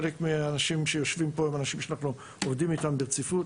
חלק מהאנשים שיושבים פה הם אנשים שאנחנו עובדים איתם ברציפות.